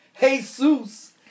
Jesus